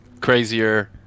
crazier